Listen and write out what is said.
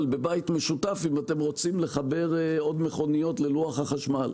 בבית משותף אם אתם רוצים לחבר עוד מכוניות ללוח החשמל.